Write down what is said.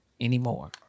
anymore